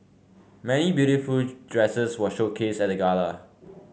many beautiful dresses were showcased at the gala